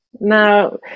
Now